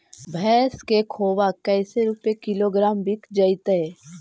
भैस के खोबा कैसे रूपये किलोग्राम बिक जइतै?